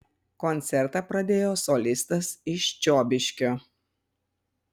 koncertą pradėjo solistas iš čiobiškio